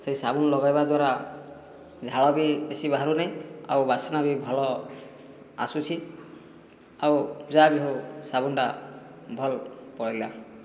ସେହି ସାବୁନ ଲଗାଇବା ଦ୍ୱାରା ଝାଳ ବି ବେଶି ବାହାରୁନାଇ ଆଉ ବାସ୍ନା ବି ଭଲ ଆସୁଛି ଆଉ ଯାହା ବି ହଉ ସାବୁନଟା ଭଲ ପଡ଼ିଲା